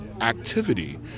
activity